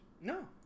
No